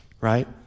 right